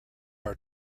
are